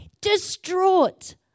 Distraught